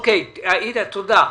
עאידה, תודה.